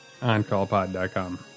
OnCallPod.com